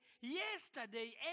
yesterday